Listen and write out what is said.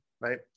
right